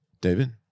David